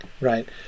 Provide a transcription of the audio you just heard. right